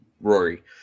Rory